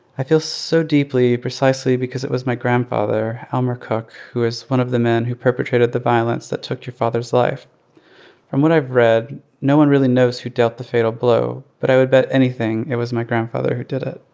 i feel so deeply precisely because it was my grandfather, elmer cook, who was one of the men who perpetrated the violence violence that took your father's life from what i've read, no one really knows who dealt the fatal blow, but i would bet anything it was my grandfather who did it.